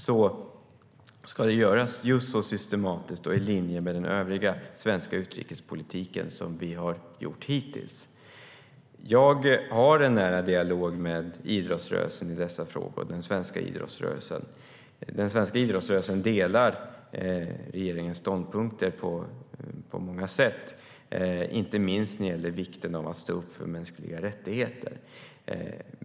Det ska, som vi har gjort hittills, göras systematiskt och i linje med den övriga svenska utrikespolitiken. Jag har en nära dialog med idrottsrörelsen. Den svenska idrottsrörelsen delar regeringens ståndpunkt, inte minst i fråga om vikten av att stå upp för mänskliga rättigheter.